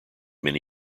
many